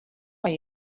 mei